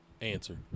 Answer